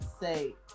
say